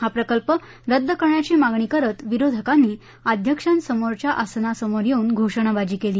हा प्रकल्प रद्द करण्याची मागणी करत विरोधकांनी अध्यक्षांसमोरच्या आसनासमोर येऊन घोषणाबाजी केली